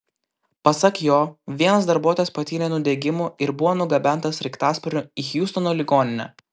pasak jo vienas darbuotojas patyrė nudegimų ir buvo nugabentas sraigtasparniu į hjustono ligoninę